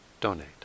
donate